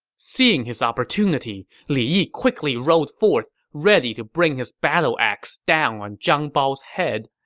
seeing his opportunity, li yi quickly rode forth, ready to bring his battle axe down on zhang bao's head.